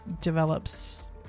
develops